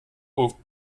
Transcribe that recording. aux